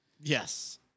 Yes